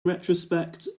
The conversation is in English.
retrospect